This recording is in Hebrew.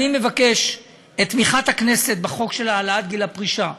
אני מבקש את תמיכת הכנסת בחוק של העלאת גיל הפרישה,